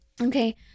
Okay